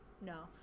no